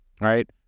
right